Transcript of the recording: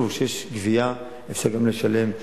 שוב, כשיש גבייה אפשר גם לשלם.